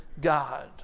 God